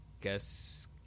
guess